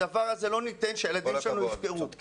לא ניתן שהילדים שלנו יופקרו כל הכבוד.